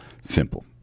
Simple